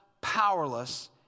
powerless